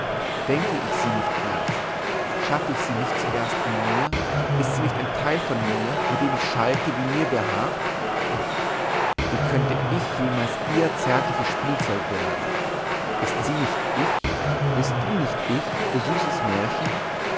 denke ich sie nicht erst schaffe ich sie nicht zuerst in mir ist sie nicht ein teil von mir mit dem ich schalte wie mir behagt wie könnte ich jemals ihr zärtliches spielzeug werden ist sie nicht ich bist du nicht ich du süßes märchen